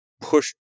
push